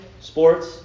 Sports